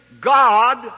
God